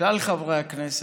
כלל חברי הכנסת,